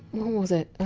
what was it.